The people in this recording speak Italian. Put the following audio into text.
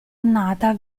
annata